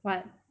what